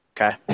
Okay